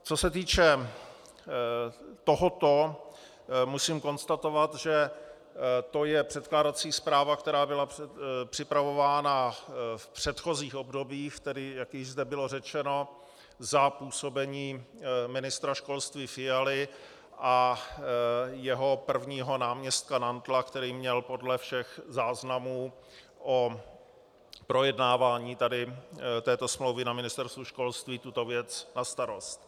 Co se týče tohoto, musím konstatovat, že to je předkládací zpráva, která byla připravována v předchozích obdobích, tedy jak již zde bylo řečeno, za působení ministra školství Fialy a jeho prvního náměstka Nantla, který měl podle všech záznamů o projednávání této smlouvy na Ministerstvu školství tuto věc na starost.